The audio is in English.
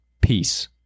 peace